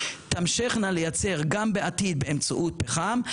תמשכנה ליצר גם בעתיד באמצעות פחם,